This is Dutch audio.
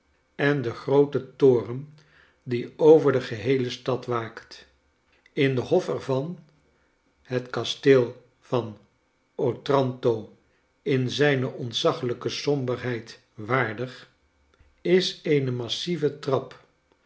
en den grooten toren die over de gefieele stad waakt in den hof er van het kasteel van otranto in zijne ontzaglijke somberheid waardig is eene massieve trap